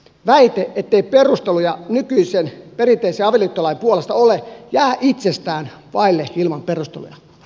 väite ettei perusteluja nykyisen perinteisen avioliittolain puolesta ole jää itsestään vaille perusteluja